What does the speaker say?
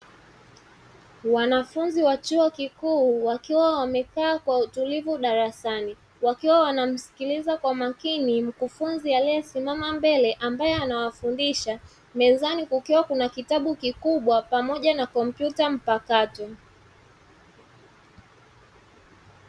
Wanafunzi wa chuo kikuu wakiwa wamekaa kwa utulivu darasani wakiwa wanamsikiliza kwa makini mkufunzi aliyesimama mbele ambaye anafundisha, mezani kukiwa na kitabu kikubwa pamoja na kompyuta mpakato.